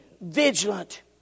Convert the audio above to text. vigilant